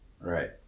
Right